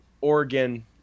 Oregon